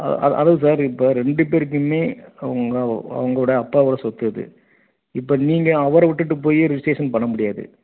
அதா அதாவது சார் இப்போ ரெண்டு பேருக்குமே உங்கள் உங்களுடைய அப்பாவோட சொத்து அது இப்போ நீங்கள் அவரை விட்டுட்டு போய் ரிஜிஸ்ட்ரேஷன் பண்ண முடியாது